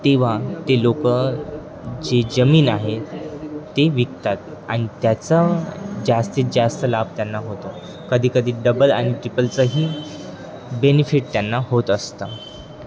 तेव्हा ते लोक जी जमीन आहे ती विकतात आणि त्याचा जास्तीत जास्त लाभ त्यांना होतो कधीकधी डबल आणि ट्रिपलचंही बेनिफिट त्यांना होत असतं